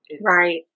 Right